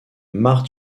marthe